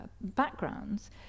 backgrounds